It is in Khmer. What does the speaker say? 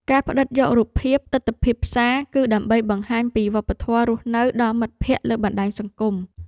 ការផ្ដិតយករូបភាពទិដ្ឋភាពផ្សារ គឺដើម្បីបង្ហាញពីវប្បធម៌រស់នៅដល់មិត្តភក្ដិលើបណ្ដាញសង្គម។